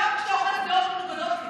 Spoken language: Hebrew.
גם כשאתה אומר דעות מנוגדות לי.